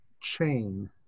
chain